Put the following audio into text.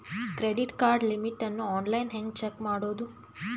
Credit card limit ಅನ್ನು online ಹೆಂಗ್ check ಮಾಡೋದು?